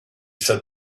said